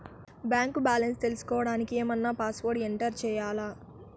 Bank balance తెలుసుకోవడానికి ఏమన్నా password enter చేయాలా?